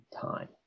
time